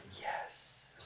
Yes